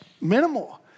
minimal